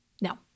No